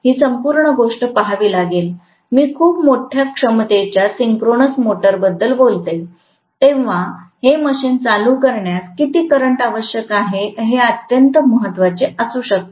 ही संपूर्ण गोष्ट पहावी लागेल मी खूप मोठ्या क्षमतेच्या सिंक्रोनस मोटरबद्दल बोलते तेव्हा हे मशीन चालू करण्यास किती करंट आवश्यक आहे जे अत्यंत महत्वाचे असू शकते